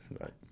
right